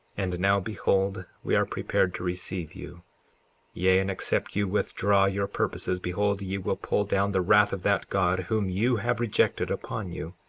and now behold, we are prepared to receive you yea, and except you withdraw your purposes, behold, ye will pull down the wrath of that god whom you have rejected upon you,